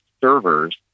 servers